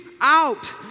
out